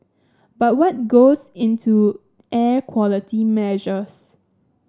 but what goes into air quality measures